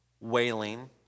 wailing